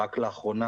רק לאחרונה,